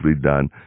done